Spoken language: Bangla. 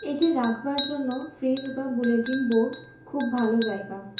এটি রাখবার জন্য ফ্রিজ বা বুলেটিন বোর্ড খুব ভালো জায়গা